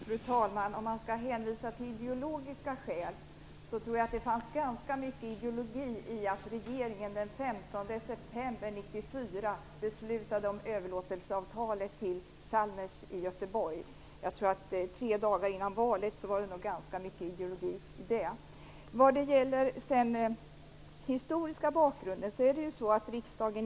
Fru talman! Om man skall hänvisa till ideologiska skäl tror jag att det fanns ganska mycket ideologi i att regeringen den 15 september 1994 beslutade om överlåtelseavtalet till Chalmers i Göteborg. Det var tre dagar före valet, och jag tror att det låg ganska mycket ideologi i det. Den historiska bakgrunden är ju denna.